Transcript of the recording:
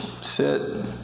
sit